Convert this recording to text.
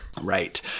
Right